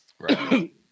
Right